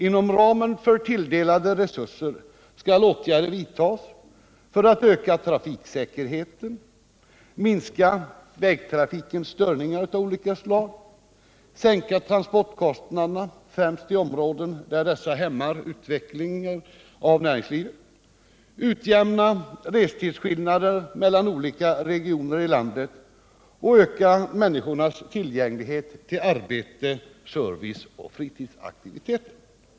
Inom ramen för tilldelade resurser skall åtgärder vidtas för att öka trafiksäkerheten, minska vägtrafikens störningar, sänka transportkostnaderna främst i områden där dessa hämmar utvecklingen av näringslivet, utjämna restidsskillnaderna mellan olika regioner i landet och öka tillgängligheten till arbete, service och fritidsaktiviteter för människorna.